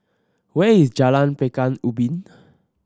where is Jalan Pekan Ubin